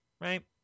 right